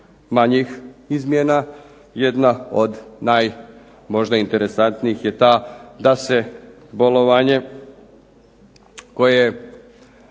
manjih izmjena. Jedna od naj možda interesantnih je ta da se bolovanje koje